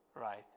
right